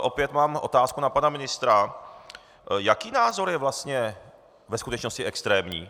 Opět mám otázku na pana ministra: Jaký názor je vlastně ve skutečnosti extrémní?